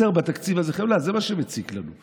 חסר בתקציב הזה חמלה, זה מה שמציק לנו.